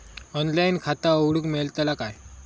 Online खाता उघडूक मेलतला काय?